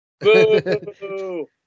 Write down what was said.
Boo